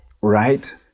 right